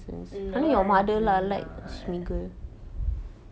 no I do not